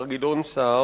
חבר הכנסת גדעון סער,